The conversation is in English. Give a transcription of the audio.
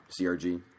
CRG